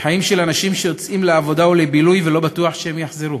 בחיים של אנשים שיוצאים לעבודה ולבילוי ולא בטוח שהם יחזרו.